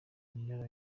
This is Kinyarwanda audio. nina